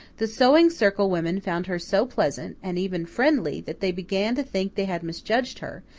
the sewing circle women found her so pleasant, and even friendly, that they began to think they had misjudged her,